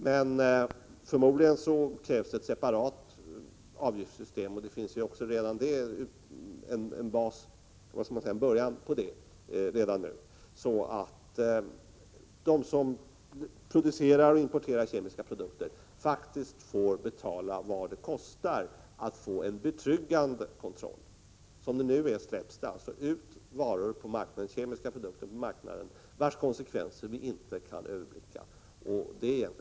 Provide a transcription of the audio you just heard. Men förmodligen krävs det ett separat avgiftssystem — det finns ju också redan nu en början till ett sådant — så att de som producerar och importerar kemiska produkter faktiskt får betala kostnaden för upprätthållande av en betryggande kontroll. Som det nu är — Prot. 1986/87:119 släpps det ut kemiska produkter på marknaden vilkas konsekvenser vi inte 8 maj 1987 kan överblicka.